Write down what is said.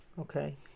Okay